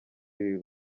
iri